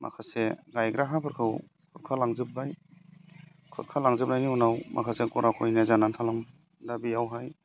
माखासे गायग्रा हाफोरखौ खुरखालांजोब्बाय खुरखालांजोबनायनि उनाव माखासे गरा खहनिया जानानै थालांबाय दा बेयावहाय